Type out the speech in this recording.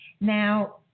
Now